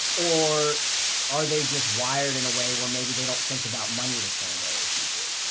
or are they just wired in a way where maybe they don't think about money the same way as you do?